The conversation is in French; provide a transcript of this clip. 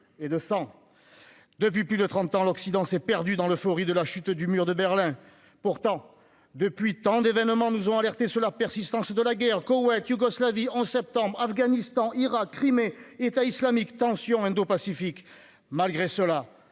et de sang. Depuis plus de trente ans, l'Occident s'est perdu dans l'euphorie de la chute du mur de Berlin. Pourtant, depuis lors, tant d'événements nous ont alertés sur la persistance de la guerre : Koweït, Yougoslavie, 11 septembre, Afghanistan, Irak, Crimée, État islamique, tensions indopacifiques. Malgré cela,